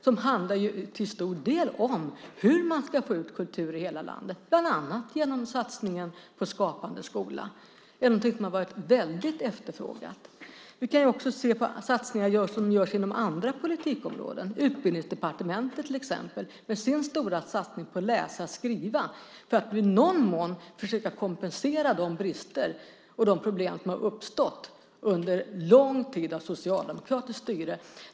Den handlar ju till stor del om hur man ska få ut kultur i hela landet, bland annat genom satsningen på Skapande skola. Det är någonting som har varit väldigt efterfrågat. Vi kan också se på satsningar som görs på andra politikområden. Utbildningsdepartementet har till exempel med sin stora satsning på läsa-skriva i någon mån försökt kompensera de brister och de problem som har uppstått under lång tid av socialdemokratiskt styre.